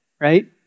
right